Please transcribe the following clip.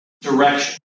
direction